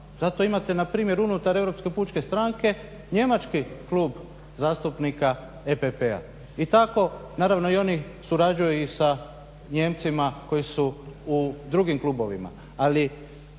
Zato imate na primjer unutar Europske pučke stranke njemački klub zastupnika EPP-a. I tako, naravno i oni surađuju i sa Nijemcima koji su u drugim klubovima.